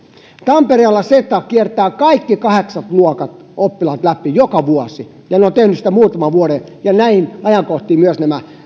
tampereella seta kiertää kaikki kahdeksannen luokan oppilaat läpi joka vuosi ja he ovat tehneet sitä muutaman vuoden ja näinä ajankohtina myös nämä